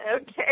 Okay